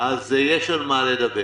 יש על מה לדבר